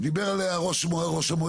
דיבר עליה ראש המועצה,